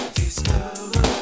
discover